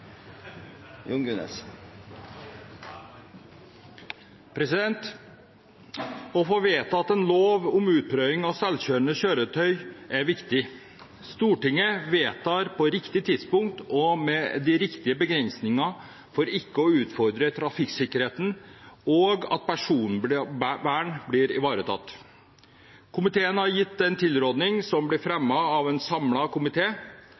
anses vedtatt. Å få vedtatt en lov om utprøving av selvkjørende kjøretøy er viktig. Stortinget vedtar loven på riktig tidspunkt og med de riktige begrensningene, for ikke å utfordre trafikksikkerheten og for at personvernet skal bli ivaretatt. Komiteen har gitt en tilråding som blir